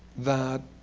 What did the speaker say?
that